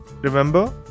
Remember